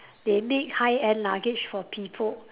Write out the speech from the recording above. they make high end luggage for people